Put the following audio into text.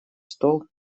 стол